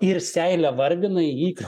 ir seilę varvina į jį